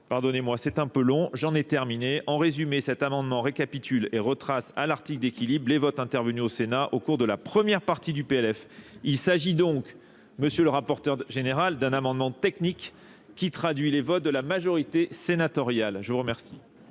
Pardonnez-moi, c'est un peu long, j'en ai terminé. En résumé, cet amendement récapitule et retrace à l'article d'équilibre les votes intervenus au Sénat au cours de la première partie du PLF. Il s'agit donc, monsieur le rapporteur général, d'un amendement technique qui traduit les votes de la majorité sénatoriale. Je vous remercie.